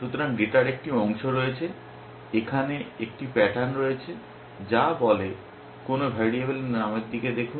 সুতরাং ডেটার একটি অংশ রয়েছে এখানে একটি প্যাটার্ন রয়েছে যা বলে কোনো ভ্যারিয়েবলের নামের দিকে দেখুন